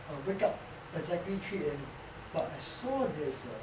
err wake up exactly three A_M but I saw there's a